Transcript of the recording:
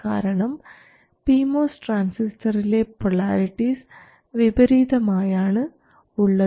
കാരണം P MOS ട്രാൻസിസ്റ്ററിലെ polarities വിപരീതമായാണ് ഉള്ളത്